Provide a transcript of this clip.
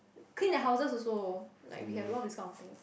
clean their houses also like we have a lot of this kind of things